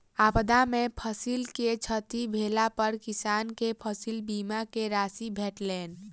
आपदा में फसिल के क्षति भेला पर किसान के फसिल बीमा के राशि भेटलैन